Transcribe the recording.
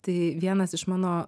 tai vienas iš mano